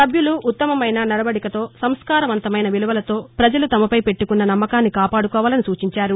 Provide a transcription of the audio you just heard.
సభ్యులు ఉత్తమమైన నడవడికతో సంస్కారవంతమైన విలువలతో ప్రజలు తమపై పెట్లకున్న నమ్మకాన్ని కాపాడుకోవాలని సూచించారు